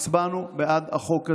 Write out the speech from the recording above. הצבענו בעד החוק הזה,